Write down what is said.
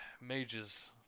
mages